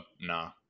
nah